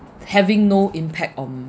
having no impact on